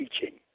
teaching